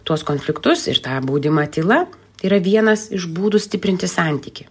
tuos konfliktus ir tą baudimą tyla tai yra vienas iš būdų stiprinti santykį